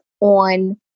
on